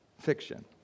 fiction